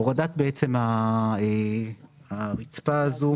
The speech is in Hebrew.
הוראת הרצפה הזאת